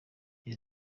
iri